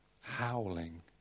howling